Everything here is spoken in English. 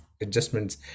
adjustments